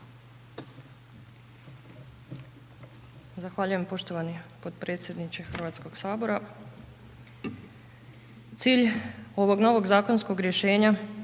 Zahvaljujem poštovani potpredsjedniče HS. Cilj ovog novog zakonskog rješenja